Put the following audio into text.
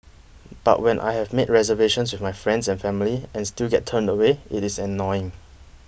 but when I have made reservations with my friends and family and still get turned away it is annoying